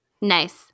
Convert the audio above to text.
Nice